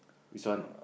this one